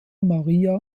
maria